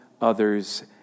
others